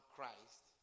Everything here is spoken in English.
Christ